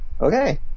okay